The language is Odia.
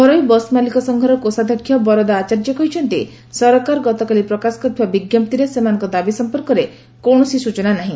ଘରୋଇ ବସ ମାଲିକ ସଂଘର କୋଷାଧ୍ଧକ୍ଷ ବରଦା ଆଋର୍ଯ୍ୟ କହିଛନ୍ତି ସରକାର ଗତକାଲି ପ୍ରକାଶ କରିଥିବା ବି ସେମାନଙ୍କ ଦାବି ସମ୍ପର୍କରେ କୌଣସି ଉଲ୍ଲେଖ କରାଯାଇ ନାହି